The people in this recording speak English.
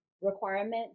requirements